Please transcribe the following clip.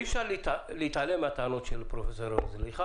אי אפשר להתעלם מהטענות של פרופסור ירון זליכה?